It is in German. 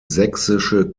sächsische